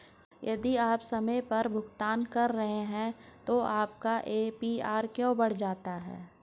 यदि आप समय पर भुगतान कर रहे हैं तो आपका ए.पी.आर क्यों बढ़ जाता है?